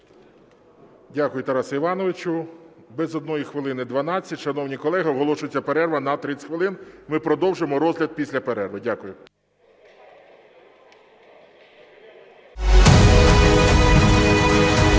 Дякую, Тарасе Івановичу. Без однієї хвилини 12. Шановні колеги, оголошується перерва на 30 хвилин. Ми продовжимо розгляд після перерви. Дякую.